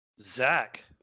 Zach